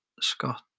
Scott